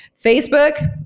Facebook